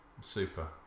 Super